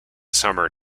summer